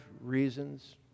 reasons